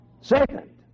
Second